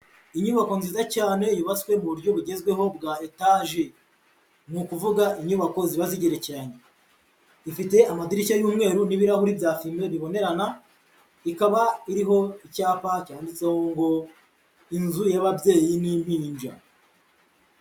Inyubako nziza cyane yubatswe mu buryo bugezweho bwa etaje, ni ukuvuga inyubako ziba zigerekeranye, ifite amadirishya y'umweru n'ibirahuri bya fime bibonerana, ikaba iriho icyapa cyanditseho ngo inzu y'ababyeyi n'impinja.